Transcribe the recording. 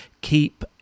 keep